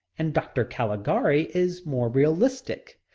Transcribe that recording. and dr. caligari is more realistic.